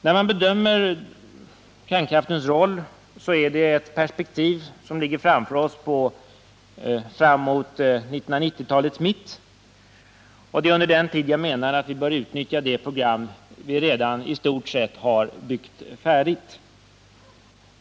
När man bedömer kärnkraftens roll sker det i ett perspektiv fram emot 1990-talets mitt. Det är under tiden fram till dess som jag anser att vi bör utnyttja det program som vi i stort sett har byggt färdigt.